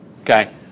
Okay